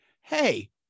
Hey